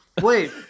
Wait